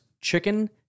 Chicken